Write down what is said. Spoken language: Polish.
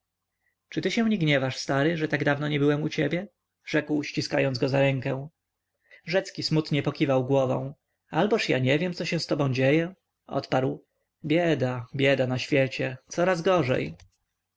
czy ty się gniewasz stary że tak dawno nie byłem u ciebie rzekł ściskając go za rękę rzecki smutnie pokiwał głową alboż ja nie wiem co się z tobą dzieje odparł bieda bieda na świecie coraz gorzej